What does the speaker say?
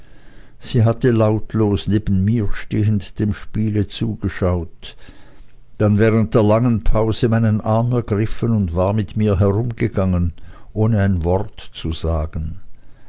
sie hatte lautlos neben mir stehend dem spiele zugeschaut dann während der langen pause meinen arm ergriffen und war mit mir herumgegangen ohne ein wort zu sagen